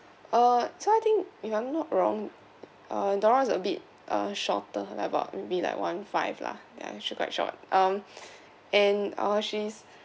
uh so I think if I'm not wrong uh dora is a bit uh shorter like about maybe like one five lah ya she quite short um and uh she is